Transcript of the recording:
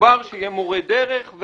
מדובר שיהיה מורה דרך,